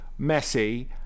Messi